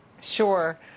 Sure